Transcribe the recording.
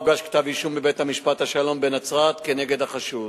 הוגש כתב אישום לבית-משפט השלום בנצרת כנגד החשוד.